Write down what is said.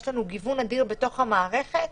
יש לנו גיוון אדיר בתוך המערכת.